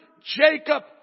Jacob